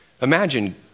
Imagine